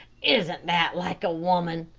isn't that like a woman?